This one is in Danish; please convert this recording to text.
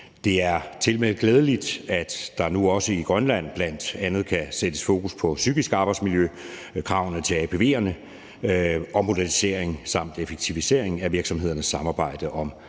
Det er tilmed glædeligt, at der nu også i Grønland bl.a. kan sættes fokus på det psykiske arbejdsmiljø, kravene til apv'erne og modernisering samt effektivisering af virksomhedernes samarbejde om